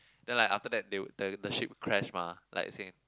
then like after that they would the the ship crash mah like sink